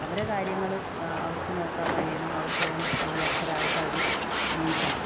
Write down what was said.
അവരെ കാര്യങ്ങള് അവർക്ക് നോക്കാൻ കഴിയണം അവർ സ്വയം പര്യാപ്തരായിട്ട് അവര് ജീവിക്കണം